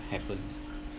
happened